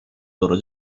loro